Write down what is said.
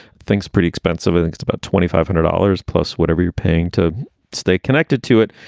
things pretty expensive. i think it's about twenty five hundred dollars plus whatever you're paying to stay connected to it.